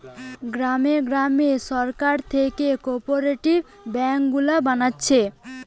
গ্রামে গ্রামে সরকার থিকে কোপরেটিভ বেঙ্ক গুলা বানাচ্ছে